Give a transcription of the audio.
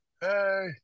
hey